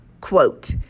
quote